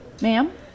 Ma'am